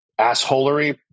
assholery